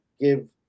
give